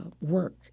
work